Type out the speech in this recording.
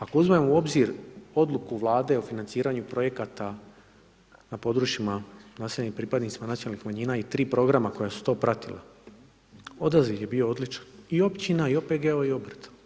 Ako uzmemo u obzir odluku Vlade o financiranju projekata na područjima naseljenim pripadnicima nacionalnih manjina i tri programa koja su to pratila, odaziv je bio odličan i općina i OPG-ova i obrta.